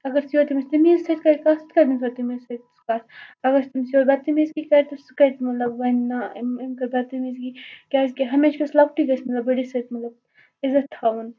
اگر سُہ یورٕ تٔمِس تٔمیٖز سۭتۍ کَرِ کَتھ سُہ تہِ کَرِ تٔمِس اورٕ تٔمیٖز سۭتۍ سُہ کَتھ اگر أسۍ تٔمِس یورٕ بدتمیٖزی کرِ تہٕ سُہ کَرِ تہِ مطلب وَنہِ نا أمۍ أمۍ کٔر بدتمیٖزی کیٛازِکہِ ہمیشہِ گژھِ لوٚکٹُے گژھِ مطلب بٔڑِس سۭتۍ مطلب عزت تھاوُن